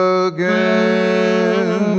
again